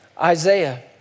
Isaiah